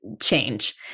change